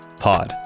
pod